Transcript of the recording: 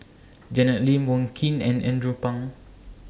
Janet Lim Wong Keen and Andrew Phang